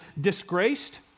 disgraced